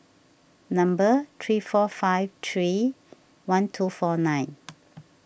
number three four five three one two four nine